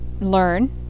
learn